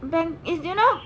bank is you know